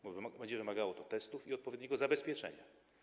Bo będzie to wymagało testów i odpowiedniego zabezpieczenia.